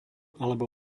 alebo